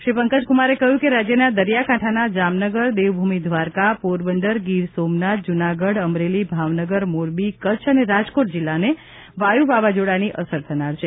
શ્રી પંકજ કુમારે કહ્યું કે રાજ્યના દરિયાકાંઠાના જામનગર દેવભૂમિ દ્વારકા પોરબંદર ગીર સોમનાથ જૂનાગઢ અમરેલી ભાવનગર મોરબી કચ્છ અને રાજકોટ જિલ્લાને વાયુ વાવાઝોડાની અસર થનાર છે